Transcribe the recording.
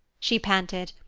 she panted,